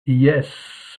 jes